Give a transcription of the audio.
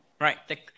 right